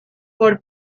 port